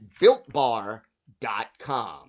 BuiltBar.com